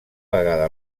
vegada